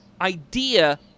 idea